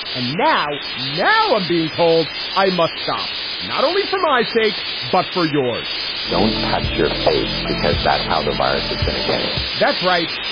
and now. now i'm being told i must stop. not only for my sake, but for yours don't touch your face, because that's how the virus is going to get it that's right.